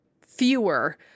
fewer